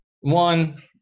one